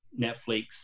Netflix